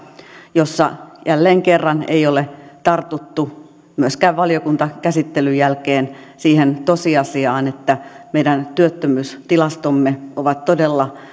jossa jälleen kerran ei ole tartuttu myöskään valiokuntakäsittelyn jälkeen siihen tosiasiaan että meidän työttömyystilastomme ovat todella